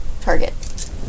target